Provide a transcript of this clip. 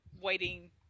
waiting